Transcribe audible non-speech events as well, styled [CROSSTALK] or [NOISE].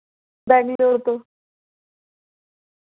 [UNINTELLIGIBLE]